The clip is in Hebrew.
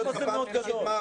מה זה "מאוד גדול"?